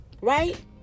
Right